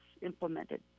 implemented